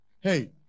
Hey